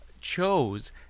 chose